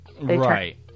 Right